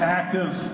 active